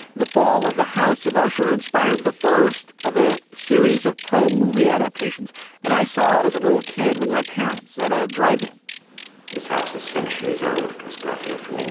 the fall of the house of usher inspired the first of a series of poe movie adaptations and i saw it as a little kid when my parents at a drive in this house is centuries old and was brought here from england